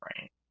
right